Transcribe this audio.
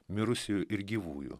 mirusiųjų ir gyvųjų